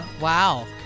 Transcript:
Wow